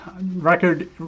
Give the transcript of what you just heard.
record